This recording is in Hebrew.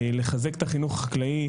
לחזק את החינוך החקלאי,